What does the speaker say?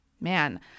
man